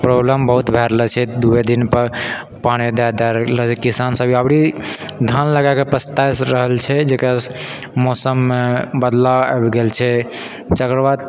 problem बहुत भए रहल छै दुए दिनपर पानी दए दए किसानसभ एहिबेरी धान लगाए कऽ पछता रहल छै जकरा मौसममे बदलाव आबि गेल छै जकरबाद